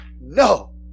No